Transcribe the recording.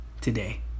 Today